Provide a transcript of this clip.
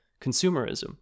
consumerism